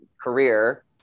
career